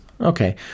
Okay